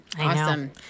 awesome